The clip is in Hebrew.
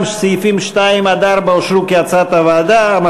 גם סעיפים 2 4 אושרו כהצעת הוועדה.